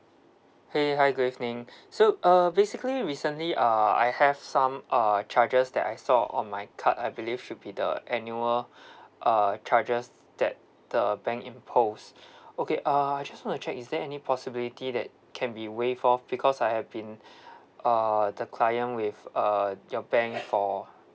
!hey! hi good evening so uh basically recently uh I have some uh charges that I saw on my card I believe should be the annual uh charges that the bank impose okay uh I just want to check is there any possibility that can be waived off because I have been uh the client with uh your bank for